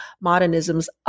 modernism's